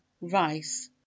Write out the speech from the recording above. Rice